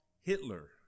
Hitler